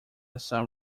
san